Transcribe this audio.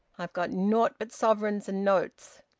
i've got nought but sovereigns and notes.